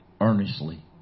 earnestly